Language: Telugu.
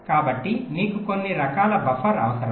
కాబట్టి మీకు కొన్ని రకాల బఫర్ అవసరం